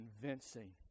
convincing